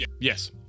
Yes